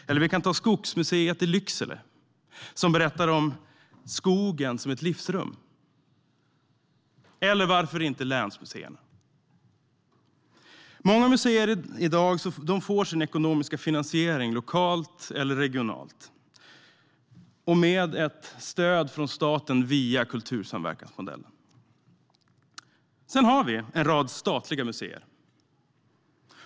Eller vi kan ta Skogsmuseet i Lycksele, som berättar om skogen som livsrum, eller varför inte länsmuseerna. Många museer får i dag sin ekonomiska finansiering lokalt eller regionalt med ett stöd från staten via kultursamverkansmodellen. Sedan har vi en rad statliga museer.